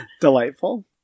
Delightful